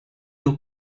aux